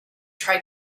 try